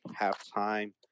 halftime